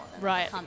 Right